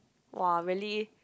!wah! really